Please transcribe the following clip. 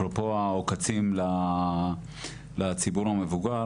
אפרופו העוקצים לציבור המבוגר,